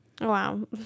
wow